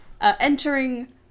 Entering